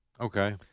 Okay